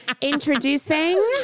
introducing